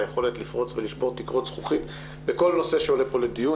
גם מבחינת היכולת לפרוץ ולשבור תקרות זכוכית בכל נושא שעולה פה לדיון.